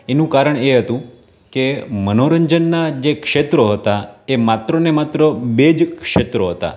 એનું કારણ એ હતું કે મનોરંજનનાં જે ક્ષેત્રો હતાં એ માત્ર ને માત્ર બે જ ક્ષેત્રો હતાં